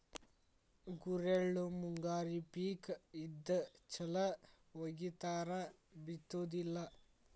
ಗುರೆಳ್ಳು ಮುಂಗಾರಿ ಪಿಕ್ ಇದ್ದ ಚಲ್ ವಗಿತಾರ ಬಿತ್ತುದಿಲ್ಲಾ